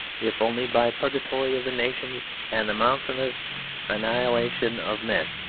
if only by a purgatory of the nations and the mountainous annihilation of men,